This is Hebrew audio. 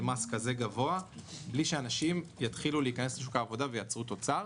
מס כזה גבוה בלי שאנשים יתחילו להיכנס לשוק העבודה וייצרו תוצר.